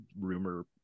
rumor